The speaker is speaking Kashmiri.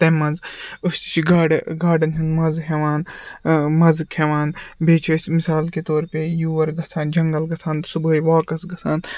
تَمہِ مَنٛز أسۍ تہِ چھِ گاڈٕ گاڈَن ہُنٛد مَزٕ ہٮ۪وان مَزٕ کھٮ۪وان بیٚیہِ چھِ أسۍ مِثال کے طور پے یور گژھان جنٛگَل گَژھان صُبحٲے واکَس گَژھان